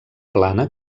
plana